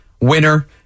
winner